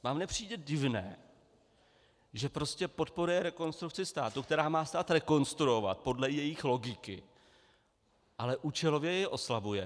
Vám nepřijde divné, že podporuje Rekonstrukci státu, která má stát rekonstruovat podle jejich logiky, ale účelově je oslabuje?